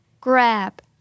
Grab